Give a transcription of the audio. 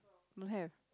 don't have